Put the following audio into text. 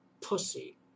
pussy